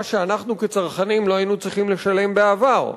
מה שאנחנו כצרכנים לא היינו צריכים לשלם בעבר.